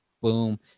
Boom